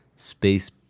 Space